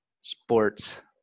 sports